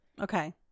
Okay